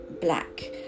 black